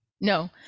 no